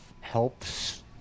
helps